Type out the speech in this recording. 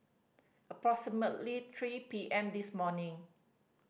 approximately three P M this morning